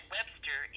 Webster